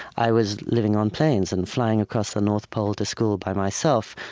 i was living on planes and flying across the north pole to school by myself.